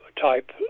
type